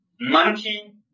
monkey